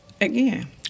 Again